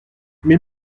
mais